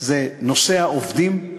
נושא העובדים,